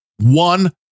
One